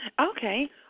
Okay